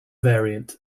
variant